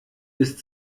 ist